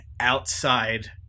outside